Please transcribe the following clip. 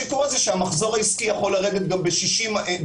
המחזור העסקי יכול לרדת גם ה-60%.